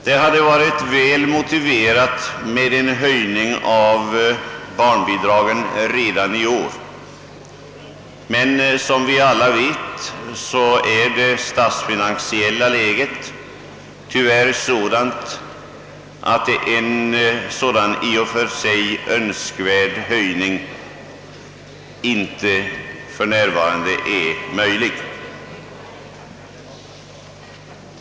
Det hade varit väl motiverat med en höjning av barnbidragen redan i år, men som vi alla vet är det statsfinan siella läget tyvärr sådant, att en i och för sig önskvärd höjning för närvarande inte är möjlig.